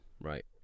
Right